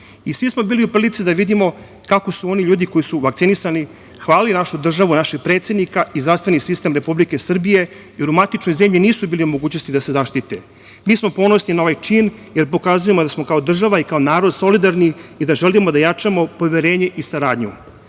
Svi smo bili u prilici da vidimo kako su oni ljudi koji su vakcinisani hvalili našu državu, našeg predsednika i zdravstveni sistem Republike Srbije, jer u matičnoj zemlji nisu bili u mogućnosti da se zaštite. Mi smo ponosno na ovaj čin, jer pokazujemo da smo kao država i kao narod solidarni i da želimo da jačamo poverenje i saradnju. Ali,